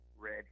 red